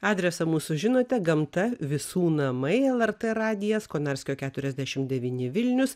adresą mūsų žinote gamta visų namai lrt radijas konarskio keturiasdešim devyni vilnius